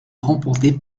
remportée